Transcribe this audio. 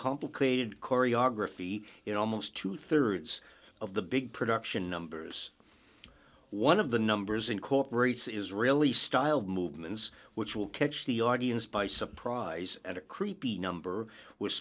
complicated choreography in almost two thirds of the big production numbers one of the numbers incorporates is really styled movements which will catch the audience by surprise at a creepy number w